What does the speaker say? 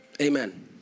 Amen